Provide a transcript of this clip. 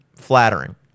flattering